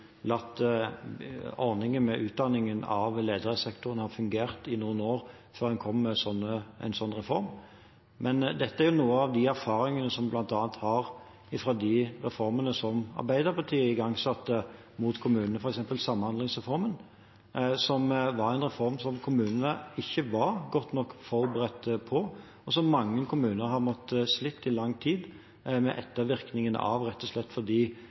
ordningen med utdanning av ledere i sektoren fungere i noen år før en kommer med en sånn reform. Men dette er noen av de erfaringene som vi bl.a. har fra reformene som Arbeiderpartiet igangsatte overfor kommunene, f.eks. Samhandlingsreformen, som var en reform som kommunene ikke var godt nok forberedt på, og som mange kommuner har måttet slite med ettervirkningene av i lang tid, rett og slett fordi det ble brukt for